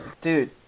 Dude